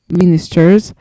ministers